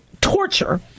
torture